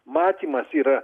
matymas yra